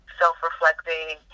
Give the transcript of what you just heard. self-reflecting